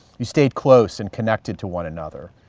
you stayed close and connected to one another.